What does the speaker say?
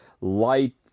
light